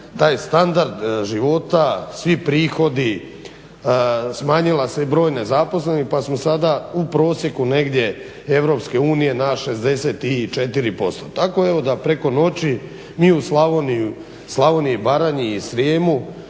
taj standard života, svi prihodi, smanjio se broj nezaposlenih, pa smo sada u prosjeku negdje Europske unije na 64%. Tako evo da preko noći mi u Slavoniji, i Baranje, i Srijem,